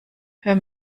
hör